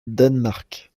danemark